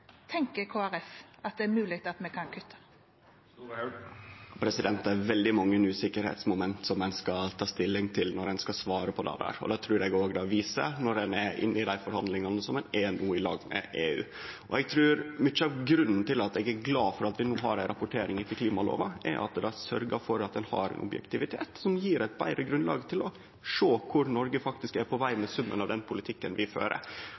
tenker Kristelig Folkeparti at det er mulig at vi kan kutte? Det er veldig mange usikre moment ein skal ta stilling til når ein skal svare på det, og det trur eg òg dei forhandlingane som ein no er inne i, i lag med EU, viser. Mykje av grunnen til at eg er glad for at vi no har ei rapportering etter klimalova, er at det sørgjer for at ein har ein objektivitet som gjev eit betre grunnlag for å sjå kvar Noreg faktisk er på veg, med summen av den politikken vi fører.